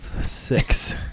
six